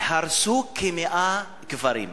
הרסו כ-100 קברים.